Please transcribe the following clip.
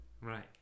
Right